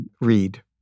read